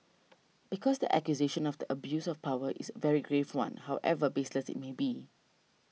because the accusation of the abuse of power is a very grave one however baseless it may be